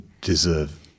deserve